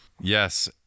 Yes